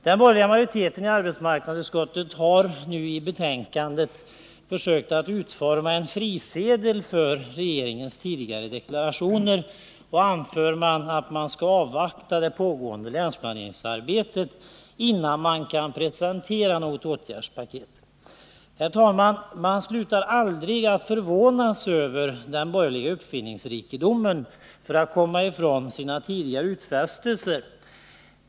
Den borgerliga majoriteten i arbetsmarknadsutskottet har nu med detta betänkande försökt att utforma en frisedel för regeringens tidigare deklarationer och anför att nu skall man avvakta det pågående länsplaneringsarbetet innan man kan presentera något åtgärdspaket. Herr talman! Man slutar aldrig att förvånas över de borgerligas uppfinningsrikedom när det gäller att komma ifrån sina tidigare utfästelser.